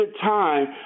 time